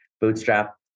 Bootstrap